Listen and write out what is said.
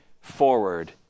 forward